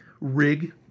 rig